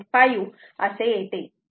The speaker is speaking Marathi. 5 असे येते